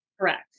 Correct